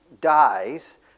dies